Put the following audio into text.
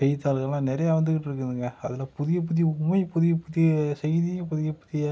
செய்தித்தாள்கள்லாம் நிறையா வந்துக்கிட்ருக்குதுங்க அதில் புதியப் புதிய உண்மை புதியப் புதிய செய்தி புதியப் புதிய